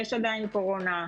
יש עדיין קורונה,